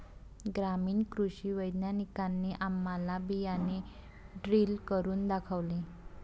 ग्रामीण कृषी वैज्ञानिकांनी आम्हाला बियाणे ड्रिल करून दाखवले